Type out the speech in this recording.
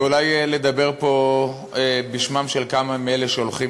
ואולי לדבר פה בשמם של כמה מאלה שהולכים